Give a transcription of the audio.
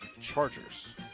Chargers